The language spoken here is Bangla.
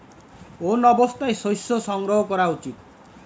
কোন অবস্থায় শস্য সংগ্রহ করা উচিৎ?